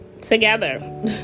together